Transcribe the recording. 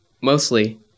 mostly